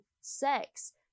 sex